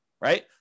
right